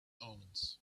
omens